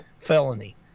felony